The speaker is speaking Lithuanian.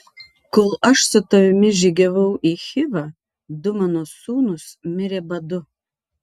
kol aš su tavimi žygiavau į chivą du mano sūnūs mirė badu